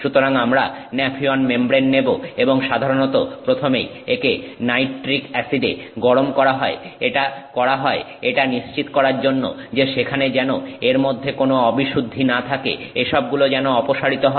সুতরাং আমরা Nafion membrane নেব এবং সাধারণত প্রথমেই একে নাইট্রিক অ্যাসিডে গরম করা হয় এটা করা হয় এটা নিশ্চিত করার জন্য যে সেখানে যেন এর মধ্যে অন্য কোন অবিশুদ্ধি না থাকে এসবগুলো যেন অপসারিত হয়